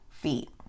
feet